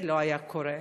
זה לא היה קורה.